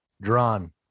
drawn